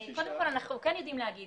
אנחנו יודעים להגיד